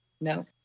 No